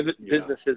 businesses